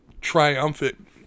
triumphant